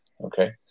Okay